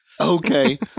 okay